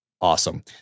awesome